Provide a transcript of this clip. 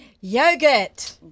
Yogurt